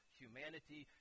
humanity